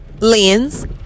lens